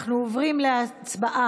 אנחנו עוברים להצבעה